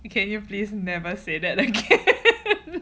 can you please never say that